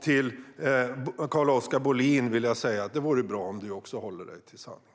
Till Carl-Oskar Bohlin vill jag säga: Det vore bra om du också håller dig till sanningen.